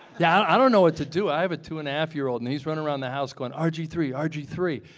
yeah i don't know what to do. i have a two-and-a-half year old and he's running around the house going r g three, r g three,